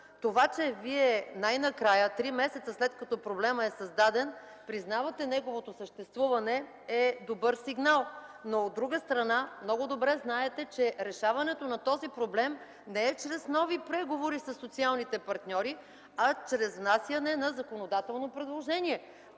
Това че Вие най-накрая, три месеца след като проблемът е създаден, признавате неговото съществуване е добър сигнал, но, от друга страна, много добре знаете, че решаването на този проблем не е чрез нови преговори със социалните партньори, а чрез внасяне на законодателно предложение,